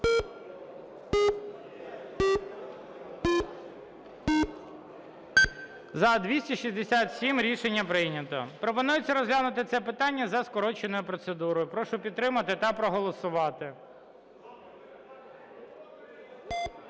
За-279 Рішення прийнято. Пропонується розглянути це питання за скороченою процедурою. Прошу підтримати та проголосувати.